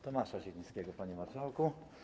Tomasza Zielińskiego, panie marszałku.